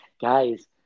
guys